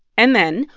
and then,